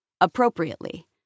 appropriately